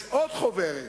יש עוד חוברת,